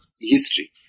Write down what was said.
history